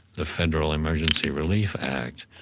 the federal emergency relief act,